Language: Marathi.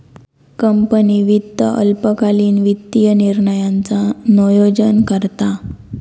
कंपनी वित्त अल्पकालीन वित्तीय निर्णयांचा नोयोजन करता